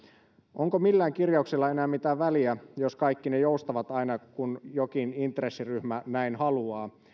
onko millään kirjauksella enää mitään väliä jos kaikki ne joustavat aina kun jokin intressiryhmä näin haluaa